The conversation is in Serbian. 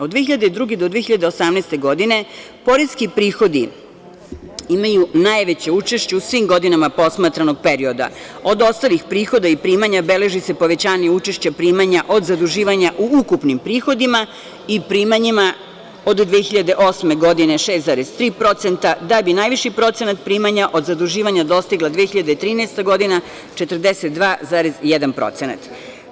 Od 2002. do 2018. godine, poreski prihodi imaju najveće učešće u svim godinama posmatranog perioda, od ostalih prihoda i primanja beleži se povećanje učešća primanja od zaduživanja u ukupnim prihodima i primanjima od 2008. godine 6,3%, da bi najviši procenat primanja od zaduživanja dostigla 2013. godina 42,1%